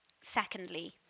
Secondly